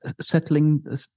settling